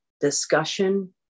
discussion